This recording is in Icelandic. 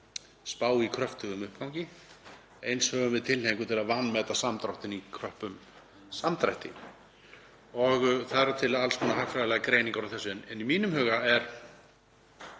spá í kröftugum uppgangi og eins höfum við tilhneigingu til að vanmeta samdráttinn í kröppum samdrætti og til eru alls konar hagfræðilegar greiningar á þessu. En í mínum huga er